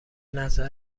نظر